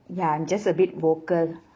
ya I'm just a bit vocal